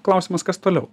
klausimas kas toliau